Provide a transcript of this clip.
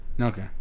Okay